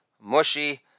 mushy